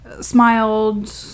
smiled